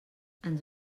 ens